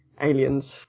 aliens